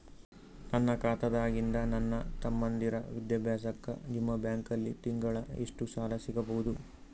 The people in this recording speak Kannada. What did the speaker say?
ನನ್ನ ಖಾತಾದಾಗಿಂದ ನನ್ನ ತಮ್ಮಂದಿರ ವಿದ್ಯಾಭ್ಯಾಸಕ್ಕ ನಿಮ್ಮ ಬ್ಯಾಂಕಲ್ಲಿ ತಿಂಗಳ ಎಷ್ಟು ಸಾಲ ಸಿಗಬಹುದು?